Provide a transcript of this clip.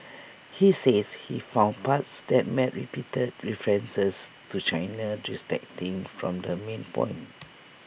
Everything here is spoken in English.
he says he found parts that made repeated references to China to distracting from her main point